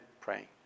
praying